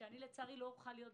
שלצערי לא אוכל להיום